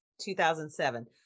2007